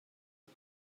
ils